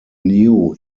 new